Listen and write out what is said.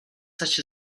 such